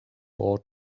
ought